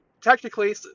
Technically